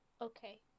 Okay